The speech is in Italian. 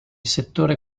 settore